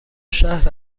شهر